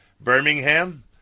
Birmingham